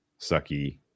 sucky